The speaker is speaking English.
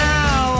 Now